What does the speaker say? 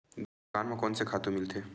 दुकान म कोन से खातु मिलथे?